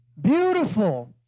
beautiful